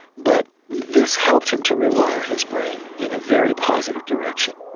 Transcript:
but this helped him to rewire his brain in a very positive direction.